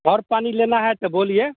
और पानी लेना है तो बोलिए